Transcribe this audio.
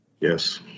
Yes